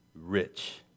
rich